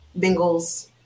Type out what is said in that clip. Bengals